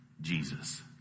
Jesus